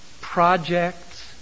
projects